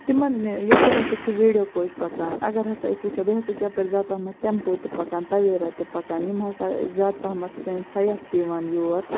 تِمَن یَپٲرۍ ہَسا چھِ ویڈیو کوچہِ پَکان اگر ہَسا أسۍ وٕچھو بیٚیہِ ہَسا چھِ یَپٲرۍ زیادٕ پَہمَتھ ٹٮ۪مپو تہِ پَکان تَویرا تہِ پَکان یِم ہَسا زیادٕ پَہَمَتھ سٲنۍ سیاح چھِ یِوان یور